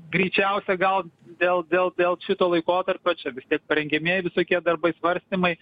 greičiausia gal dėl dėl dėl šito laikotarpio čia vis tiek parengiamieji visokie darbai svarstymai